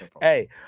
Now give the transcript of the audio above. Hey